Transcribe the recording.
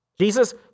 Jesus